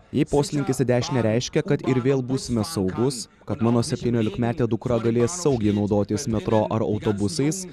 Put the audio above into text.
jei poslinkis į dešinę reiškia kad ir vėl būsime saugus kad mano septyniolikmetė dukra galės saugiai naudotis metro ar autobusais